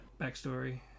backstory